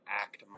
ACT